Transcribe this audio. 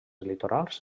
litorals